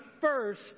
first